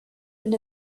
been